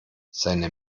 seine